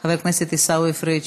חבר הכנסת עיסאווי פריג'